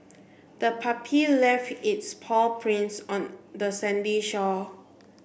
the puppy left its paw prints on the sandy shore